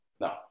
No